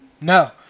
No